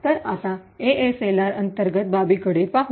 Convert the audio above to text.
तर आता एएसएलआरच्या अंतर्गत बाबींकडे पाहू